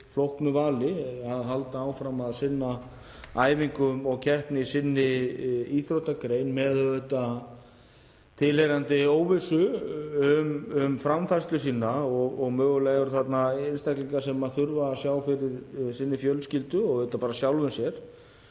flóknu vali; að halda áfram að sinsna æfingum og keppni í sinni íþróttagrein með tilheyrandi óvissu um framfærslu sína. Mögulega eru þarna einstaklingar sem þurfa að sjá fyrir fjölskyldu og auðvitað bara sjálfum sér,